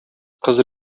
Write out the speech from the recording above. кыз